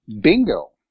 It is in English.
Bingo